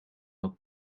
not